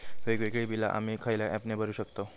वेगवेगळी बिला आम्ही खयल्या ऍपने भरू शकताव?